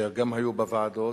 שגם היו בוועדות